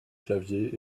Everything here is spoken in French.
clavier